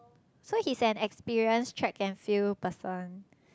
so he's an experienced track and field person